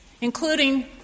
including